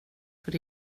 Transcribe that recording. för